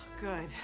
good